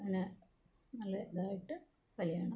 അങ്ങനെ നല്ല ഇതായിട്ട് കല്യാണം